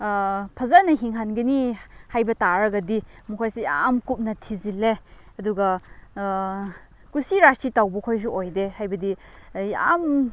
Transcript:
ꯐꯖꯅ ꯍꯤꯡꯍꯟꯒꯅꯤ ꯍꯥꯏꯕ ꯇꯥꯔꯒꯗꯤ ꯃꯈꯣꯏꯁꯦ ꯌꯥꯝ ꯀꯨꯞꯅ ꯊꯤꯖꯤꯜꯂꯦ ꯑꯗꯨꯒ ꯀꯨꯁꯤ ꯔꯥꯁꯤ ꯇꯧꯕꯈꯣꯏꯁꯨ ꯑꯣꯏꯗꯦ ꯍꯥꯏꯕꯗꯤ ꯌꯥꯝ